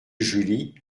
julie